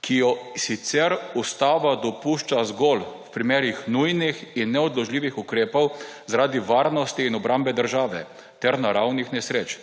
ki jo sicer ustava dopušča zgolj v primerih nujnih in neodložljivih ukrepov zaradi varnosti in obrambe države ter na ravnih nesreč,